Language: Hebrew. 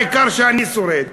העיקר שאני שורד.